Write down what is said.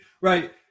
Right